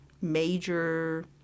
major